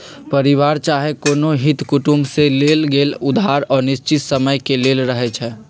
परिवार चाहे कोनो हित कुटुम से लेल गेल उधार अनिश्चित समय के लेल रहै छइ